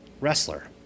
wrestler